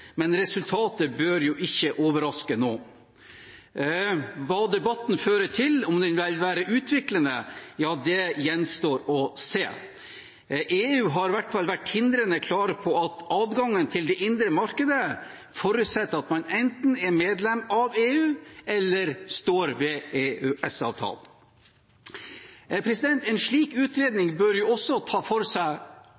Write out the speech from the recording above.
men resultatet bør ikke overraske noen. Hva debatten fører til, og om den vil være utviklende, ja det gjenstår å se. EU har i hvert fall vært tindrende klar på at adgangen til det indre markedet forutsetter at man enten er medlem av EU eller står ved EØS-avtalen. En slik